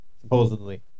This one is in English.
supposedly